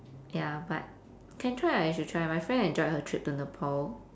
ya but can try ah you should try my friend enjoyed her trip to nepal